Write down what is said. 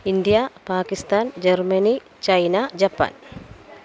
India Pakistan Germany China Japan